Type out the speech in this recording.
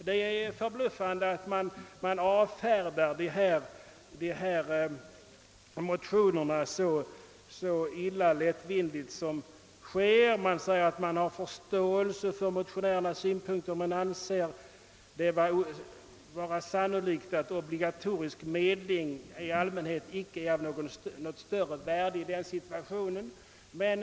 Det är förbluffande att denna motion avfärdas så lättvindigt. Utskottet säger att man har förståelse för motionärernas synpunkter men »anser det vara sannolikt att obligatorisk medling i allmänhet icke är av något större värde i denna situation».